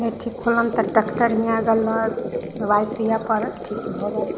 नहि ठीक भेलनि तऽ डाक्टर हियाँ गेलनि दवाइ सुइआ पड़ल ठीक भऽ गेल